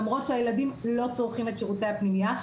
למרות שהילדים לא צורכים את שירותי הפנימייה.